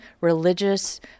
religious